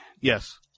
Yes